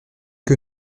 que